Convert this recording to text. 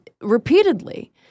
repeatedly